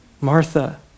Martha